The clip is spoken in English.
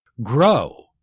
grow